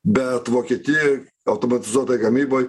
bet vokietijoj automatizuotoj gamyboj